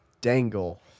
dangle